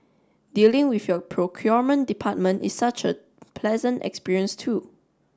dealing with your procurement department is such a pleasant experience too